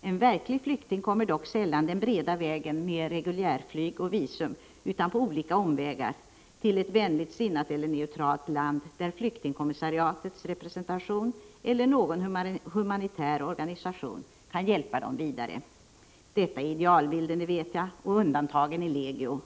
En verklig flykting kommer dock sällan den breda vägen med reguljärflyg och visum utan på olika omvägar till ett vänligt sinnat eller neutralt land, där flyktingkommissariatets representation eller någon humanitär organisation kan hjälpa dem vidare. Detta är idealbilden, det vet jag, och undantagen är legio.